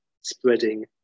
spreading